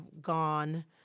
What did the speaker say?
gone